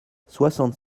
soixante